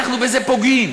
אנחנו בזה פוגעים.